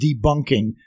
debunking